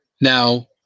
Now